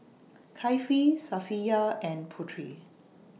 Kefli Safiya and Putri